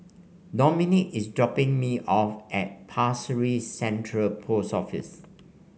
Dominik is dropping me off at Pasir Ris Central Post Office